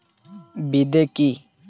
বিদে কি?